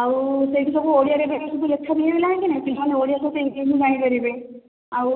ଆଉ ସେଇଥିରେ ସବୁ ଓଡ଼ିଆରେ ଲେଖା ବି ହେଲାଣି ନା ନାହିଁ ଓଡ଼ିଆରେ ବି ଜାଣିପାରିବେ ଆଉ